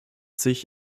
sich